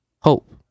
Hope